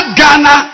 Ghana